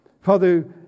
Father